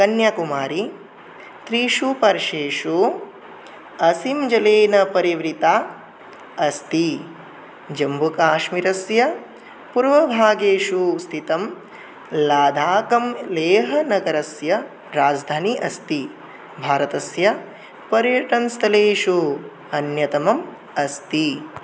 कन्याकुमारी त्रिषु पार्श्वेषु असीमजलेन परिवृता अस्ति जम्मूकाश्मीरस्य पूर्वभागेषु स्थितं लाधाकं लेहनगरस्य राजधानी अस्ति भारतस्य पर्यटनस्थलेषु अन्यतमम् अस्ति